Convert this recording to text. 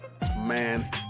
man